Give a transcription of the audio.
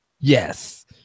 Yes